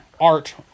art